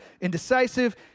indecisive